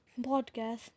podcast